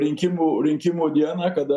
rinkimų rinkimų dieną kada